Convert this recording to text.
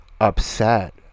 upset